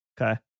Okay